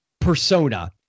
persona